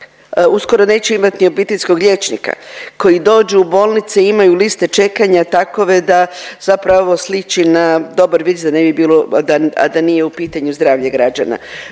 uskoro neće imat ni obiteljskog liječnika, koji dođu u bolnice i imaju liste čekanja takove da zapravo sliči na dobar vic da ne bi bilo, a da, a da nije u pitanju zdravlje građana.